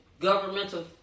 governmental